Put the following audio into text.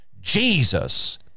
Jesus